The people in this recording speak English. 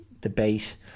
debate